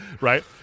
right